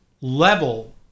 level